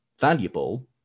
valuable